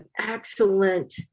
excellent